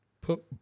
put